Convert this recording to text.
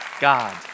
God